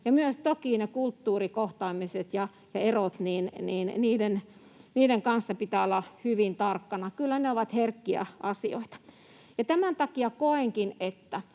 myös niiden kulttuurikohtaamisten ja ‑erojen kanssa pitää olla hyvin tarkkana, kyllä ne ovat herkkiä asioita. Tämän takia koenkin,